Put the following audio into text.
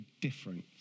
difference